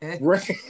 Right